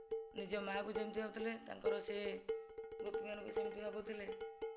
ନିଜ ମାଆକୁ ଯେମିତି ଭାବୁଥିଲେ ତାଙ୍କର ସେ ଗୋପୀମାନଙ୍କୁ ସେମିତି ଭାବୁଥିଲେ